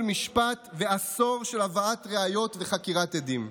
משפט ועשור של הבאת ראיות וחקירת עדים.